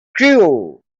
crew